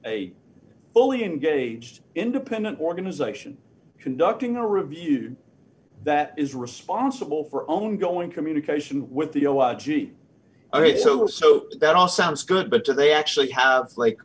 fully engaged independent organization conducting a review that is responsible for own going communication with the o r g ok so so that all sounds good but do they actually have